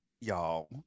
y'all